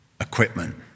equipment